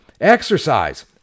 Exercise